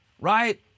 right